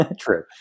True